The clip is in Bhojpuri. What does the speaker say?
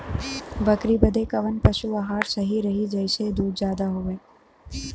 बकरी बदे कवन पशु आहार सही रही जेसे दूध ज्यादा होवे?